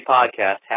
Podcast